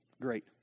great